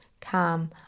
calm